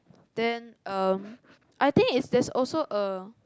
then um I think is there's also a